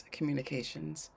Communications